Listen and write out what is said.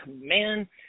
Man